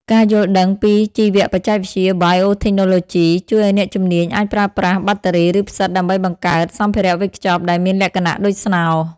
ការយល់ដឹងពីជីវបច្ចេកវិទ្យា Biotechnology ជួយឱ្យអ្នកជំនាញអាចប្រើប្រាស់បាក់តេរី ឬផ្សិត ដើម្បី "បង្កើត" សម្ភារៈវេចខ្ចប់ដែលមានលក្ខណៈដូចស្នោ។